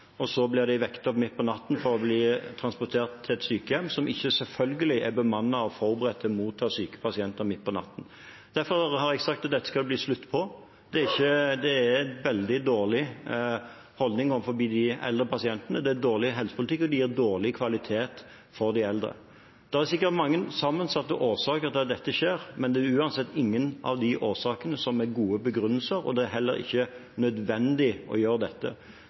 blir vekket opp midt på natten for å bli transportert til et sykehjem som selvfølgelig ikke er bemannet for og forberedt på å motta syke pasienter midt på natten. Derfor har jeg sagt at dette skal det bli slutt på. Det er en veldig dårlig holdning overfor de eldre pasientene, det er dårlig helsepolitikk, og det gir dårlig kvalitet for de eldre. Det er sikkert mange sammensatte årsaker til at dette skjer, men det er uansett ingen av de årsakene som er gode begrunnelser, og det er heller ikke nødvendig å gjøre dette.